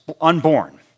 unborn